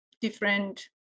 different